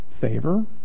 favor